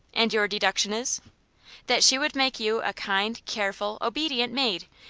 and your deduction is that she would make you a kind, careful, obedient maid,